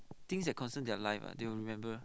things that concern their life ah they will remember